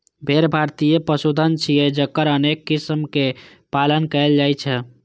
भेड़ भारतीय पशुधन छियै, जकर अनेक किस्मक पालन कैल जाइ छै